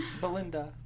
Belinda